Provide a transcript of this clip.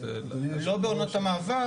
לא בעונות המעבר.